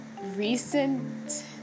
recent